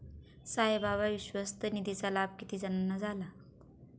साईबाबा विश्वस्त निधीचा लाभ किती जणांना झाला?